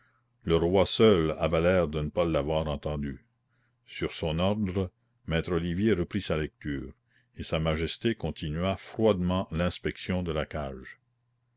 le roi seul avait l'air de ne pas l'avoir entendue sur son ordre maître olivier reprit sa lecture et sa majesté continua froidement l'inspection de la cage